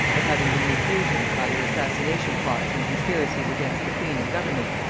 of having been the occasion, by their assassination-plots and conspiracies against the queen and government,